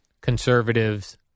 conservatives